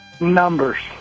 Numbers